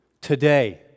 Today